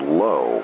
low